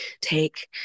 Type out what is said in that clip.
take